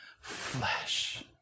flesh